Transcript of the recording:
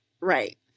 right